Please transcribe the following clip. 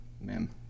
man